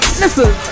listen